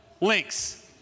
links